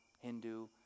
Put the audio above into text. hindu